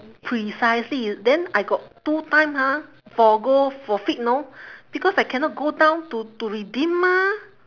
precisely then I got two time ah forgo forfeit know because I cannot go down to to redeem mah